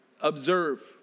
Observe